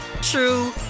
true